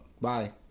Bye